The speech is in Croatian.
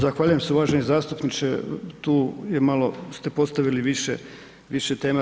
Zahvaljujem se, uvaženi zastupniče tu je, malo ste postavili više, više tema.